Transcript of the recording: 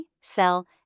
sell